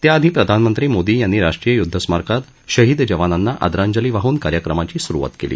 तत्पूर्वी प्रधानमंत्री मोदी यांनी राष्ट्रीय युद्ध स्मारकात शहीद जवानांना आदरांजली वाहून कार्यक्रमाची सुरुवात केली